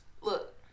Look